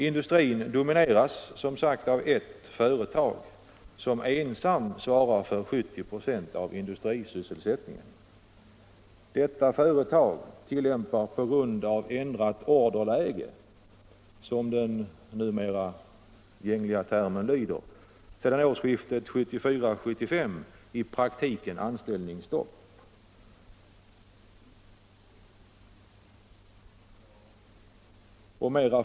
Industrin domineras som sagt av ert företag, som ensamt svarar för ca 70 96 av industrisysselsättningen. Detta företag tillämpar på grund av ändrat orderläge, som den numera gängse termen lyder, sedan årsskiftet 1974-1975 i praktiken anställningsstopp.